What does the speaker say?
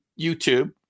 YouTube